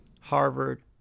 Harvard